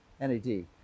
NAD